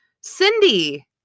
Cindy